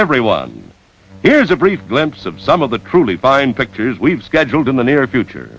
everyone here's a brief glimpse of some of the truly fine pictures we've scheduled in the near future